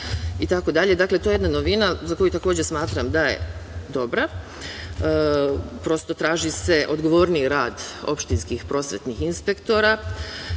itd. Dakle, to je jedna novina za koju, takođe, smatram da je dobra. Prosto, traži se odgovorniji rad opštinskih prosvetnih inspektora